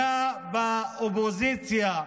היה באופוזיציה,